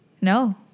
No